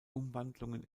umwandlung